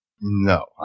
No